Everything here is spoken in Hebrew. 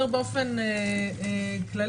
אני אדבר באופן כללי,